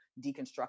deconstruct